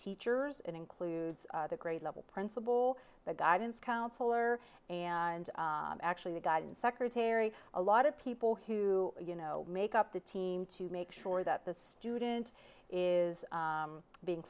teachers and includes the grade level principal the guidance counselor and actually the guidance secretary a lot of people who you know make up the team to make sure that the student is being